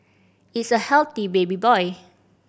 it's a healthy baby boy